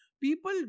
people